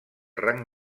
rang